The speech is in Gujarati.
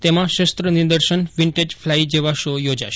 તેમાં શસ્ત્ર નિદર્શનવિન્ટેજ ફલાઈ જવા શો યોજાશે